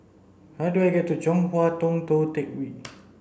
how do I get to Chong Hua Tong Tou Teck Hwee